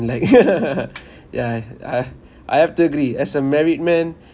like yeah I I have to agree as a married man